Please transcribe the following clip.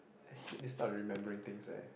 hit is not remembering things leh